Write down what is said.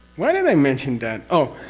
why did i mention that? oh